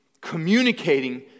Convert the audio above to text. communicating